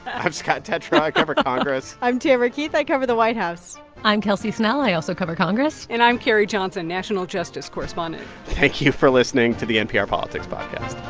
i'm scott detrow. i cover congress i'm tamara keith. i cover the white house i'm kelsey snell. i also cover congress and i'm carrie johnson, national justice correspondent thank you for listening to the npr politics podcast